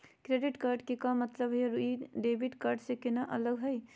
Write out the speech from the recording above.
Credit card के का मतलब हई अरू ई डेबिट कार्ड स केना अलग हई?